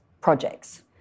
projects